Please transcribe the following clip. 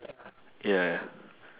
ya ya